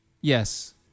Yes